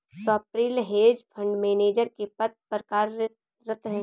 Swapnil hedge fund manager के पद पर कार्यरत है